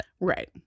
right